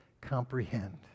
comprehend